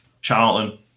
Charlton